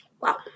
Wow